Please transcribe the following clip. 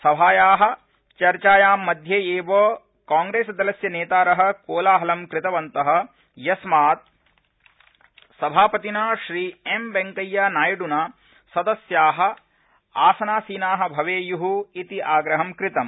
सभाया चर्चायां मध्ये एव कांप्रेसदलस्य नेतार कोलाहलं कृतवन्त यस्मात् सभापतिना श्रीएम वेंकैयानायड्रना सदस्याआसनासीना भवेयू इति आप्रहं कृतम्